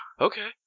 okay